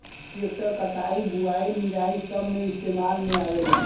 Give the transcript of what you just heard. tractor कटाई, बुवाई, निराई सब मे इस्तेमाल में आवेला